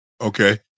Okay